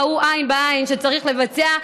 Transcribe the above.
ראו עין בעין שצריך לבצע,